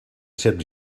serp